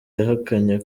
yahakanye